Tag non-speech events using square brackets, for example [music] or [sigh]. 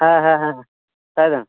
ᱦᱮᱸ ᱦᱮᱸ ᱦᱮᱸ [unintelligible]